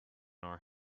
our